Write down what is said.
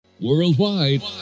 Worldwide